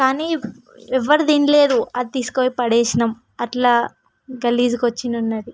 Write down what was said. కానీ ఎవడూ తినలేదు అది తీసుకపోయి పడేసాము అట్లా గలీజ్గా వచ్చింది